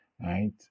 right